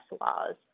laws